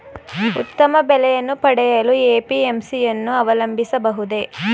ಉತ್ತಮ ಬೆಲೆಯನ್ನು ಪಡೆಯಲು ಎ.ಪಿ.ಎಂ.ಸಿ ಯನ್ನು ಅವಲಂಬಿಸಬಹುದೇ?